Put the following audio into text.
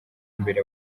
imbere